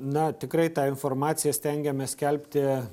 na tikrai tą informaciją stengiamės skelbti